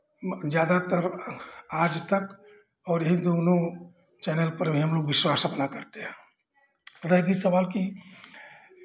ज़्यादातर आजतक और यही दोनों चैनल पर हम लोग अभी विश्वास अपना करते हैं रह गई सवाल कि